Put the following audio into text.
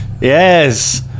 Yes